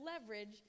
leverage